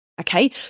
okay